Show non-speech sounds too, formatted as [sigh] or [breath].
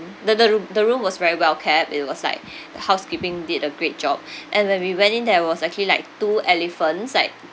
the the roo~ the room was very well kept it was like [breath] the housekeeping did a great job [breath] and when we went in there was actually like two elephants like